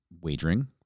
wagering